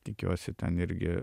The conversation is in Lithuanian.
tikiuosi ten irgi